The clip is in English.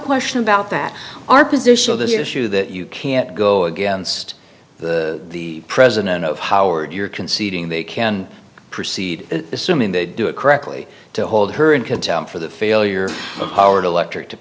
question about that our position on this issue that you can't go against the president of howard you're conceding they can proceed assuming they do it correctly to hold her in contempt for the failure of howard electric to